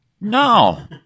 no